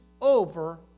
over